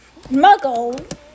muggle